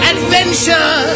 Adventure